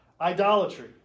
idolatry